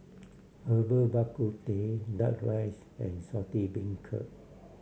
Herbal Bak Ku Teh Duck Rice and Saltish Beancurd